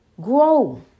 Grow